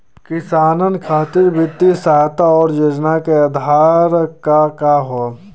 किसानन खातिर वित्तीय सहायता और योजना क आधार का ह?